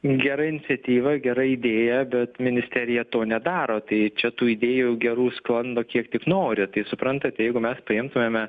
gera iniciatyva gera idėja bet ministerija to nedaro tai čia tų idėjų gerų sklando kiek tik nori tai suprantat jeigu mes paimtumėme